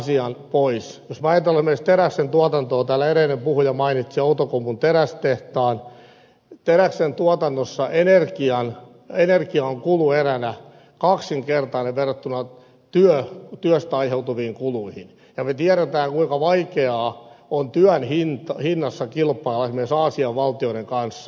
jos me ajattelemme esimerkiksi teräksen tuotantoa täällä edellinen puhuja mainitsi outokummun terästehtaan teräksen tuotannossa energia on kulueränä kaksinkertainen verrattuna työstä aiheutuviin kuluihin ja me tiedämme kuinka vaikeaa on työn hinnassa kilpailla esimerkiksi aasian valtioiden kanssa